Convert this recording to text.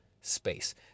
space